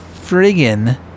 friggin